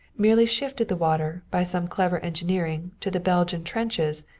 merely shifted the water, by some clever engineering, to the belgian trenches,